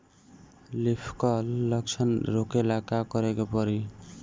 Leaf curl लक्षण रोकेला का करे के परी?